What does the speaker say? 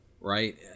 right